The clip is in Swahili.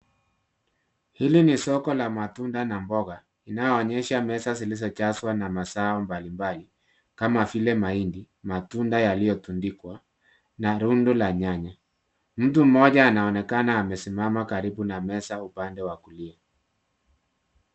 Hili ni soko la matunda na mboga, inayoonyesha meza zilizojazwa na mazao mbali mbali, kama vile mahindi, matunda yaliyotundikwa, na rundo la nyanya. Mtu mmoja anaonekana amesimama karibu na meza upande wa kulia.